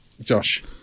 Josh